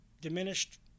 diminished